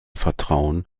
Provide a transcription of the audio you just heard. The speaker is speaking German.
vertrauen